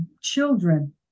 children